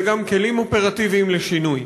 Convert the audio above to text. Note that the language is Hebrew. אלה גם כלים אופרטיביים לשינוי.